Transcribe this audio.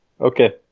Okay